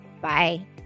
Bye